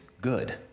good